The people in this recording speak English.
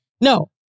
no